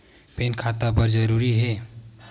Pan खाता बर जरूरी हे?